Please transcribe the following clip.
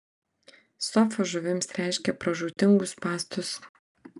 sofa žuvims reiškia pražūtingus spąstus